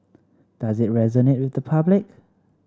does it resonate with the public